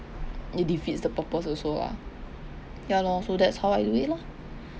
it defeats the purpose also lah ya lor so that's how I do it lah